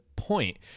point